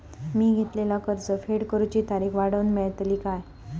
मी घेतलाला कर्ज फेड करूची तारिक वाढवन मेलतली काय?